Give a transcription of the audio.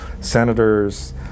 senators